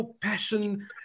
Passion